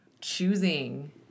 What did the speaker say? choosing